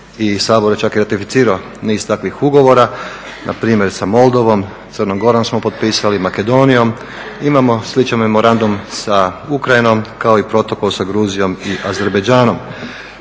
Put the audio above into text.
Sabor je čak i ratificirao niz takvih ugovora, na primjer sa Moldovom, Crnom Gorom smo potpisali, Makedonijom. Imamo sličan memorandum sa Ukrajinom kao i protokol sa Gruzijom i Azerbejdžanom.